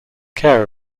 care